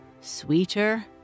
sweeter